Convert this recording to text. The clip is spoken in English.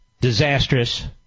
disastrous